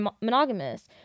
monogamous